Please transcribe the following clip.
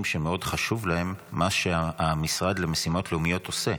שמאוד חשוב להם מה שהמשרד למשימות לאומיות עושה.